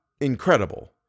incredible